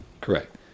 Correct